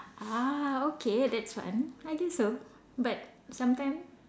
ah okay that's one I guess so but sometimes